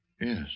Yes